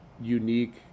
unique